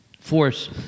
force